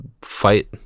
fight